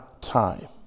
time